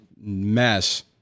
mess